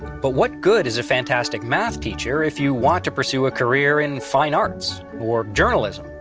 but what good is a fantastic math teacher if you want to pursue a career in fine arts, or journalism,